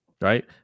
Right